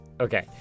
okay